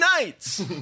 Nights